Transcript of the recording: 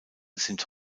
sind